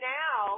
now